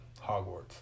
Hogwarts